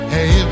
Hey